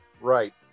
right